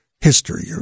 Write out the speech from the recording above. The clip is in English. history